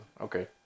Okay